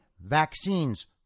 vaccines